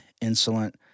insolent